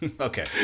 Okay